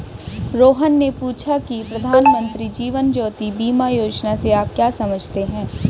रोहन ने पूछा की प्रधानमंत्री जीवन ज्योति बीमा योजना से आप क्या समझते हैं?